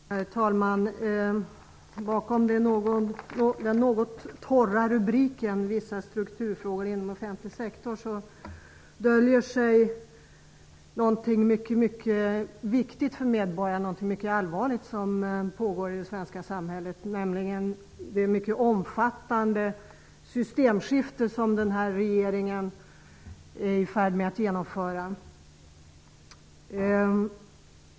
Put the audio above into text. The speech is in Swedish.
Herr talman! Bakom den något torra rubriken ''Vissa strukturfrågor inom offentlig sektor'' döljer sig något som är mycket viktigt för medborgarna och som är mycket allvarligt för det svenska samhället, nämligen det mycket omfattande systemskifte som regeringen är i färd med att genomföra.